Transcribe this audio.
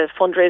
fundraising